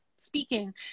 speaking